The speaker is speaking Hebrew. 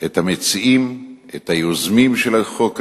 את המציעים, את היוזמים של החוק הזה,